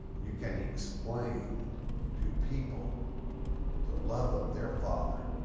you can explain to people the love of their father